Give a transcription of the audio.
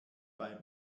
bei